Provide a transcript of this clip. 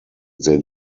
they